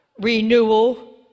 renewal